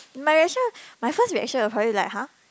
might as well my first reaction will probably like !huh!